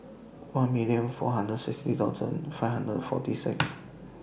one million four hundred sixty thousand five hundred forty six